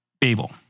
Babel